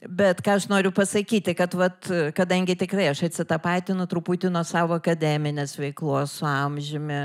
bet ką aš noriu pasakyti kad vat kadangi tikrai aš atsi tapatinu truputį nuo savo akademinės veiklos su amžiumi